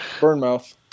Burnmouth